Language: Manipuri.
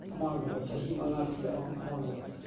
ꯑꯃꯥꯡꯕ ꯑꯣꯏ ꯆꯍꯤ ꯃꯉꯥꯗꯨꯒꯤ ꯑꯃꯥꯡꯕ ꯑꯣꯏ